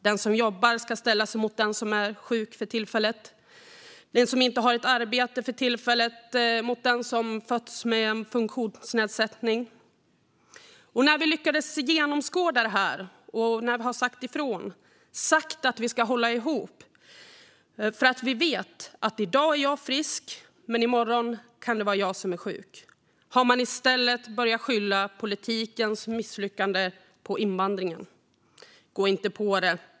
Den som jobbar ska ställas emot den som är sjuk för tillfället. Den som inte har ett arbete för tillfället ställs emot den som fötts med en funktionsnedsättning. När vi lyckades genomskåda detta, och när vi har sagt ifrån, sagt att vi vill hålla ihop, för att vi vet att i dag är jag frisk men imorgon kan det vara jag som är sjuk, har man i stället börjat skylla politikens misslyckande på invandringen. Gå inte på det!